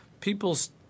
people's